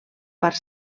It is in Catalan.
part